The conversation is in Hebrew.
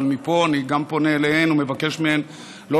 אבל מפה אני גם פונה אליהן ומבקש מהן לא